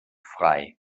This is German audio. frei